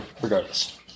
regardless